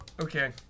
Okay